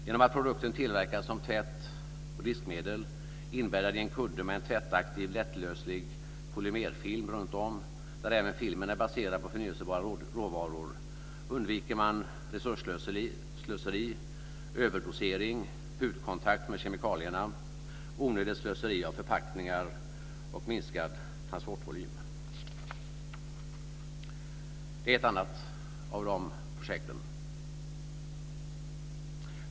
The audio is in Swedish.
Genom att produkten tillverkas som tvätt och diskmedel inbäddad i en kudde med tvättaktiv, lättlöslig polymerfilm runtom, där även filmen är baserad på förnybara råvaror, undviker man resursslöseri, överdosering, hudkontakt med kemikalierna, onödigt slöseri med förpackningar och minskad transportvolym. Det är ett annat av de här projekten.